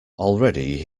already